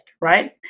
right